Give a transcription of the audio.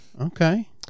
Okay